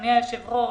אדוני היושב-ראש,